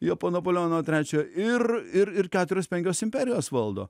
jo po napoleono trečiojo ir ir ir keturios penkios imperijos valdo